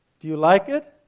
do you like it?